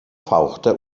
fauchte